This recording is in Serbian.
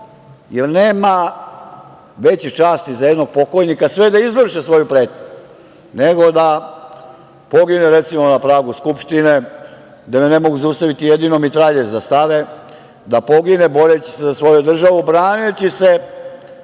jer nema veće časti za jednog pokojnika, sve da izvrše svoju pretnju, nego da pogine, recimo, na pragu Skupštine, gde me ne mogu zaustaviti, jedino mitraljez da stave, da pogine boreći se za svoju državu, braneći se